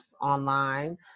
online